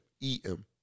E-M